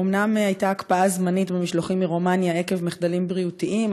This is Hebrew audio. אומנם הייתה הקפאה זמנית במשלוחים מרומניה עקב מחדלים בריאותיים,